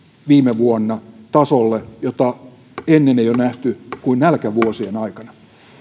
viime vuonna tasolle jota ennen ei ole nähty kuin nälkävuosien aikana